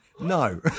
No